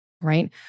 right